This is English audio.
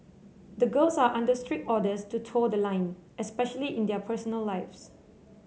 the girls are under strict orders to toe the line especially in their personal lives